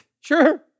Sure